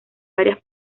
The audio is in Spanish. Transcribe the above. varias